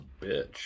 bitch